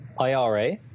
IRA